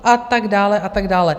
A tak dále, a tak dále.